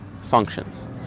functions